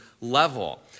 level